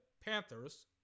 Panthers